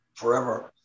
forever